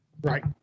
Right